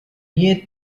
yet